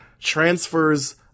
transfers